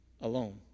alone